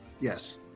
Yes